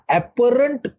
apparent